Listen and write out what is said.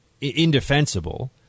indefensible